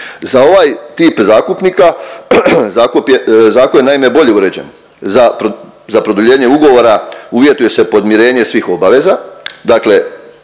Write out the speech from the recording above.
Za ovaj tip zakupnika zakon je naime bolje uređen, za produljenje ugovora uvjetuje se podmirenje svih obaveza,